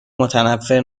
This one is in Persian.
متنفر